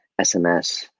sms